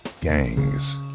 gangs